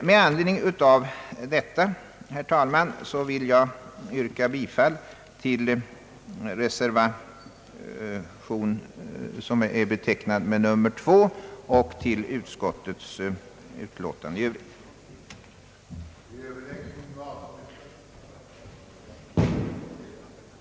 Med anledning av detta, herr talman, vill jag yrka bifall till den reservation, som är betecknad med 2, och till utskottets utlåtande i övrigt. att riksdagen i skrivelse till Kungl. Maj:t skulle anhålla om utredning under medverkan av företrädare för arbetsmarknadens organisationer i syfte att redovisa i motionerna närmare angivet underlag för att skapa ökad gemenskap m.m. mellan företag och anställda.